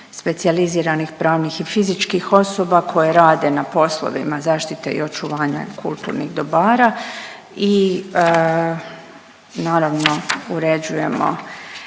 specijaliziranih pravnih i fizičkih osoba koje rade na poslovima zaštite i očuvanja kulturnih dobara i naravno uređujemo